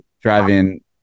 driving